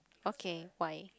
okay why